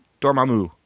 Dormammu